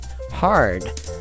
hard